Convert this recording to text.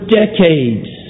decades